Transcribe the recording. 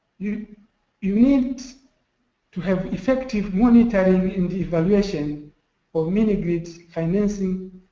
you you need to have effective monitoring and evaluation of mini grids financing,